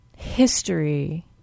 history